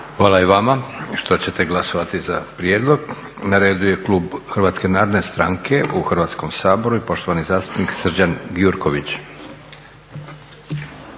Hvala i vama što ćete glasovati za prijedlog. Na redu je klub HNS-a u Hrvatskom saboru i poštovani zastupnik Srđan Gjurković.